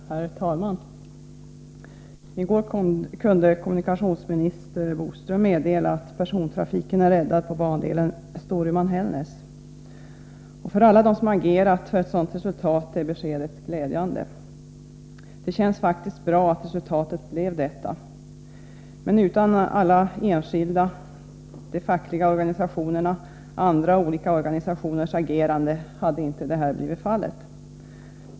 Herr talman! I går kunde kommunikationsminister Boström meddela att persontrafiken är räddad på bandelen Storuman-Hällnäs. För alla dem som agerat för ett sådant resultat är beskedet glädjande. Det känns faktiskt bra att resultatet blev detta. Men utan alla enskildas, fackliga organisationers och andra olika organisationers agerande hade inte detta blivit fallet.